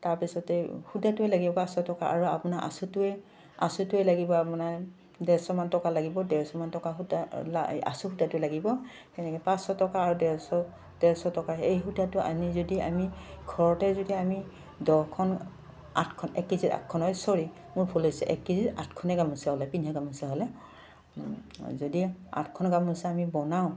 তাৰপিছতে সূতাটোৱে লাগিব পাঁচশ টকা আৰু আপোনাৰ আচুটোৱে আচুটোৱে লাগিব আপানাৰ ডেৰশমান টকা লাগিব ডেৰশমান টকা সূতা আচু সূতাটো লাগিব সেনেকে পাঁচশ টকা আৰু ডেৰশ ডেৰশ টকা এই সূতাটো আমি যদি আমি ঘৰতে যদি আমি দহখন আঠখন এক কেজি ত আঠখন হয় চ'ৰি মোৰ ভুল হৈছে এক কেজি ত আঠখনে গামোচা হ'লে পিন্ধা গামোচা হ'লে যদি আঠখন গামোচা আমি বনাওঁ